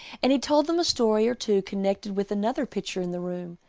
and he told them a story or two connected with another picture in the room.